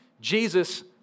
Jesus